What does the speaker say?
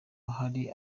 hari